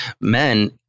men